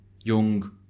young